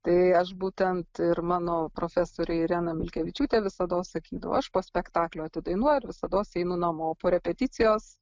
tai aš būtent ir mano profesorė irena milkevičiūtė visados sakydavau aš po spektaklio atidainuoju ir visados einu namo po repeticijos